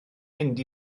mynd